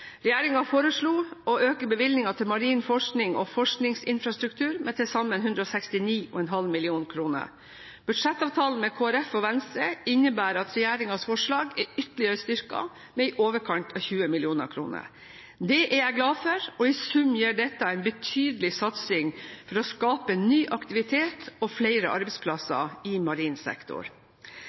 foreslo å øke bevilgningene til marin forskning og forskningsinfrastruktur med til sammen 169,5 mill. kr. Budsjettavtalen med Kristelig Folkeparti og Venstre innebærer at regjeringens forslag er ytterligere styrket med i overkant av 20 mill. kr. Det er jeg glad for, og i sum betyr dette en betydelig satsing for å skape ny aktivitet og flere arbeidsplasser i marin sektor.